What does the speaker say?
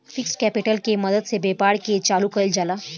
fixed capital के मदद से व्यापार के चालू कईल जाला